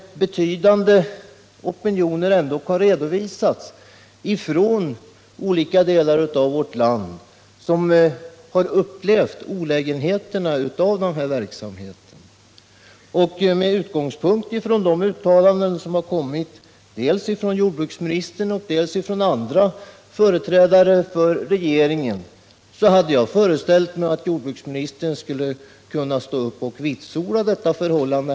Från olika delar av vårt land har det redovisats betydande opinioner mot denna verksamhet. Med hänsyn till de uttalanden som gjorts dels av jordbruksministern, dels av andra företrädare för regeringen hade jag föreställt mig att jordbruksministern här i kammaren skulle kunna stå upp och vitsorda detta förhållande.